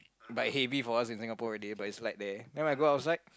but heavy for us in Singapore already but is light there then when I go outside